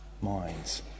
minds